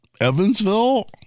Evansville